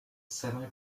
semi